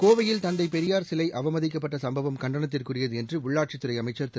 கோவையில் தந்தை பெரியார் சிலை அவமதிக்கப்பட்ட சும்பவம் கண்டனத்திற்குரியது என்று உள்ளாட்சித்துறை அமைச்சர் திரு